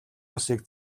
улсыг